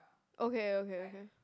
okay okay okay